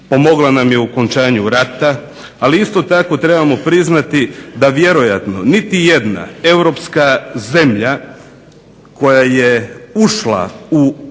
pomogla nam je u okončanju rata ali isto tako trebamo priznati da niti jedna Europska zemlja koja je ušla u europsku